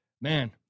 Man